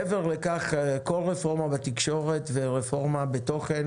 מעבר לכך כל רפורמה בתקשורת ורפורמה בתוכן